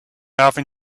often